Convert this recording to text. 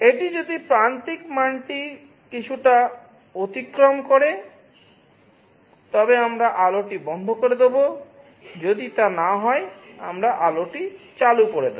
এটি যদি প্রান্তিক মানটি কিছুটা অতিক্রম করে তবে আমরা আলোটি বন্ধ করে দেব যদি তা না হয় আমরা আলোটি চালু করে দেব